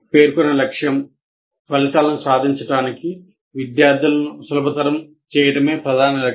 పేర్కొన్న లక్ష్యం ఫలితాలను సాధించడానికి విద్యార్థులను సులభతరం చేయడమే ప్రధాన లక్ష్యం